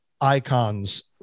icons